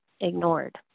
ignored